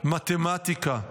מתמטיקה,